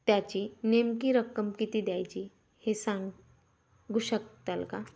त्याची नेमकी रक्कम किती द्यायची हे सांगू शकताल का